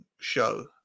Show